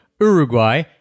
Uruguay